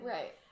Right